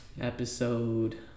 episode